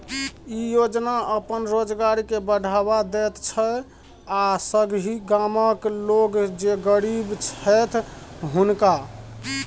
ई योजना अपन रोजगार के बढ़ावा दैत छै आ संगहि गामक लोक जे गरीब छैथ हुनका